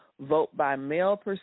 Vote-by-mail